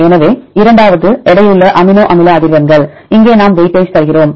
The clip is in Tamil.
எனவே இரண்டாவது எடையுள்ள அமினோ அமில அதிர்வெண்கள் இங்கே நாம் வெயிட்டேஜ் தருகிறோம்